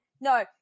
No